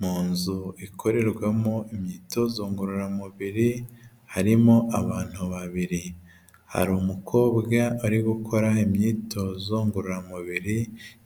Mu nzu ikorerwamo imyitozo ngororamubiri harimo abantu babiri, hari umukobwa uri gukora imyitozo ngororamubiri